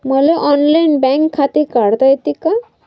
मले online bank खाते काढता येते का?